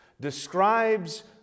describes